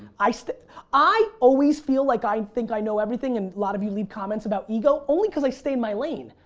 i always i always feel like i and think i know everything and lot of you leave comments about ego. only cause i stay in my lane.